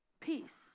Peace